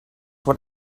what